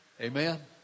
Amen